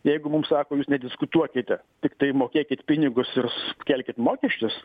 jeigu mums sako jūs nediskutuokite tiktai mokėkit pinigus ir sukelkit mokesčius